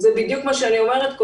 זה בדיוק מה שאני אומרת.